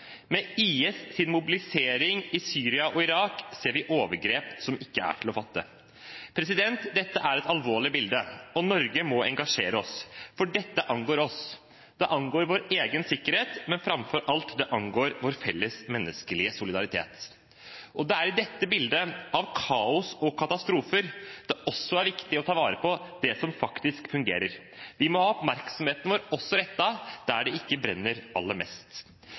Med IS’ mobilisering i Syria og Irak ser vi overgrep som ikke er til å fatte. Dette er et alvorlig bilde, og Norge må engasjere seg. For dette angår oss. Det angår vår egen sikkerhet, men framfor alt – det angår vår felles menneskelige solidaritet. Og det er i dette bildet av kaos og katastrofer det også er viktig å ta vare på det som faktisk fungerer. Vi må ha oppmerksomheten vår rettet også dit det ikke brenner aller mest.